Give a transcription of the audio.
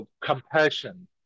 compassion